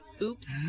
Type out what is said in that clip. Oops